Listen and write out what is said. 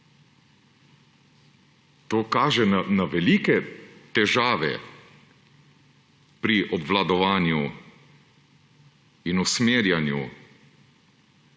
To kaže na velike težave pri obvladovanju in usmerjanju